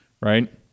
right